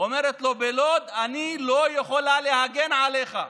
ואומרת לו: בלוד אני לא יכולה להגן עליך,